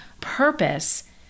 purpose